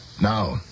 Now